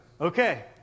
Okay